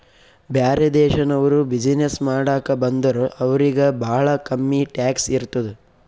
ಬ್ಯಾರೆ ದೇಶನವ್ರು ಬಿಸಿನ್ನೆಸ್ ಮಾಡಾಕ ಬಂದುರ್ ಅವ್ರಿಗ ಭಾಳ ಕಮ್ಮಿ ಟ್ಯಾಕ್ಸ್ ಇರ್ತುದ್